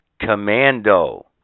Commando